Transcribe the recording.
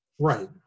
right